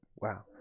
Wow